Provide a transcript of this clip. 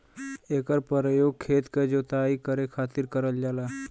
एकर परयोग खेत क जोताई करे खातिर करल जाला